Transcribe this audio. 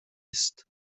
است